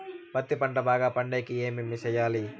పత్తి పంట బాగా పండే కి ఏమి చెయ్యాలి?